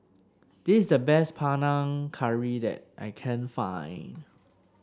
this is the best Panang Curry that I can find